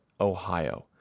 Ohio